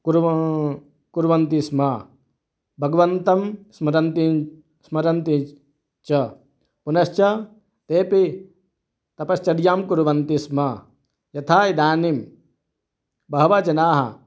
कुर्वा कुर्वन्ति स्म भगवन्तं स्मरन्ति स्मरन्ति स्म च पुनश्च तेपि तपश्चर्यां कुर्वन्ति स्म यथा इदानीं बहवः जनाः